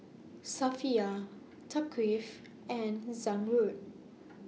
Safiya Thaqif and Zamrud